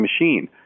machine